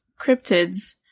cryptids